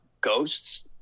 ghosts